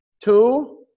two